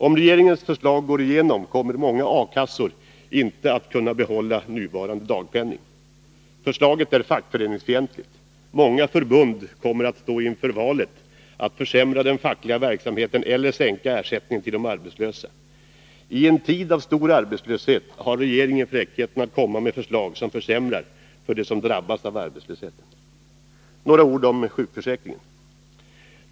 Om regeringens förslag går igenom kommer många A-kassor inte att kunna behålla nuvarande dagpenning. Förslaget är fackföreningsfientligt. Många förbund kommer att stå inför valet att försämra den fackliga verksamheten eller sänka ersättningen till de arbetslösa. I en tid av stor arbetslöshet har regeringen fräckheten att komma med förslag om försämringar för dem som drabbas av arbetslöshet. Några ord om sjukförsäkringen.